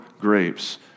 grapes